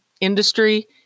industry